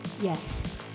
Yes